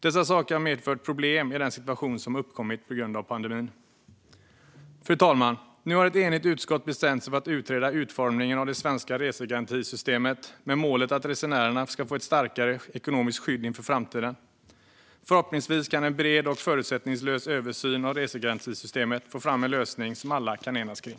Dessa saker har medfört problem i den situation som uppkommit på grund av pandemin. Fru talman! Nu har ett enigt utskott bestämt sig för att utreda utformningen av det svenska resegarantisystemet, med målet att resenärerna ska få ett starkare ekonomiskt skydd inför framtiden. Förhoppningsvis kan en bred och förutsättningslös översyn av resegarantisystemet få fram en lösning som alla kan enas kring.